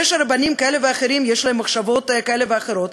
זה שרבנים כאלה ואחרים יש להם מחשבות כאלה ואחרות,